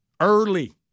early